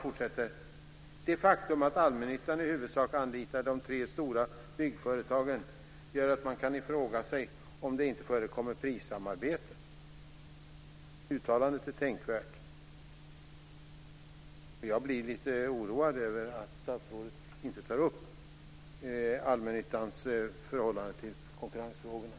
Vidare säger han: "Det faktum att allmännyttan i huvudsak anlitar de tre stora byggföretagen gör att man kan fråga sig om det inte förekommer prissamarbete." Uttalandet är tänkvärt. Jag blir lite oroad av att statsrådet inte tar upp allmännyttans förhållande till konkurrensfrågorna.